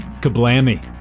Kablammy